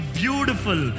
beautiful